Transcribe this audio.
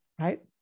Right